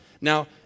Now